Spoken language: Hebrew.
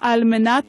מנת